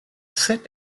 sit